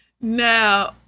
Now